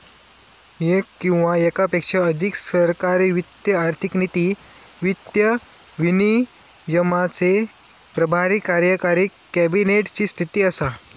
येक किंवा येकापेक्षा अधिक सरकारी वित्त आर्थिक नीती, वित्त विनियमाचे प्रभारी कार्यकारी कॅबिनेट ची स्थिती असा